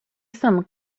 some